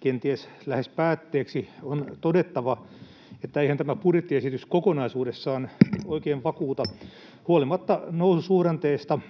kenties lähes päätteeksi on todettava, että eihän tämä budjettiesitys kokonaisuudessaan oikein vakuuta. Huolimatta noususuhdanteesta,